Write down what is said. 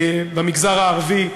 במגזר הערבי,